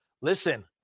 Listen